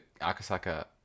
Akasaka